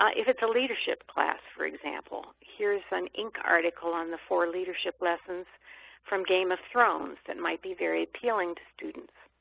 ah if it's a leadership class, for example, here's an inc article on the four leadership lessons from game of thrones that and might be very appealing to students.